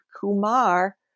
Kumar